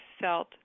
felt